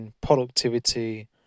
productivity